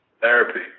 Therapy